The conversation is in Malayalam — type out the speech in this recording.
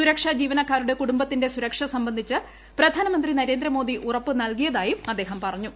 സുരക്ഷാ ജീവനക്കാരുടെ കുടുംബത്തിന്റെ സുരക്ഷ സംബന്ധിച്ച് പ്രധാനമന്ത്രി നരേന്ദ്രമോദി ഉറപ്പു നൽകിയതായും അദ്ദേഹം പറഞ്ഞു